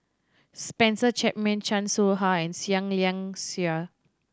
Spencer Chapman Chan Soh Ha and Seah Liang Seah